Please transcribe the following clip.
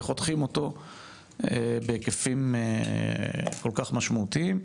וחותכים אותו בהיקפים כל כך משמעותיים.